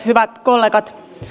hyvät kollegat